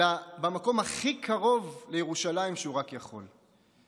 אלא במקום הכי קרוב לירושלים שהוא רק יכול.